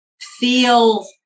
feel